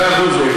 מאה אחוז.